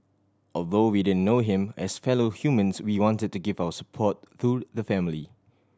although we didn't know him as fellow humans we wanted to give our support to the family